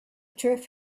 turf